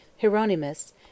Hieronymus